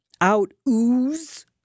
out-ooze